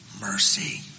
mercy